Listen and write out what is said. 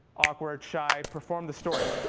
awkward, shy, performed the story.